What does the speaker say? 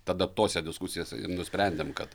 tada tose diskusijose ir nusprendėm kad